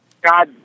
God